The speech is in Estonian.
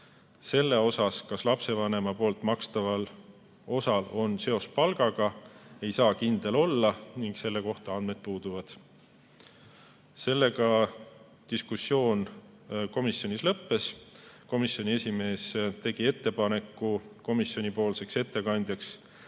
Selles, kas lapsevanema makstaval osal on seos palgaga, ei saa kindel olla ning selle kohta andmed puuduvad. Sellega diskussioon komisjonis lõppes. Komisjoni esimees tegi ettepaneku komisjoni ettekandjaks